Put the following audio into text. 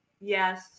Yes